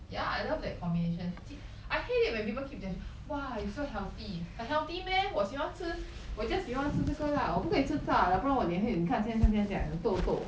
yeah I love that combination I hate it when people keep ges~ !wah! you so healthy I healthy meh 我喜欢吃我 just 喜欢吃这个 lah 我不可以吃炸的不然我脸会你看现在看这样有痘痘